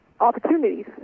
opportunities